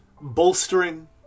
Bolstering